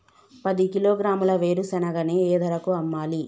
పది కిలోగ్రాముల వేరుశనగని ఏ ధరకు అమ్మాలి?